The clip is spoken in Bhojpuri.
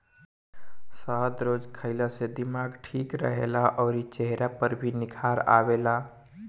शहद रोज खाए से दिमाग ठीक रहेला अउरी चेहरा पर भी निखार आवेला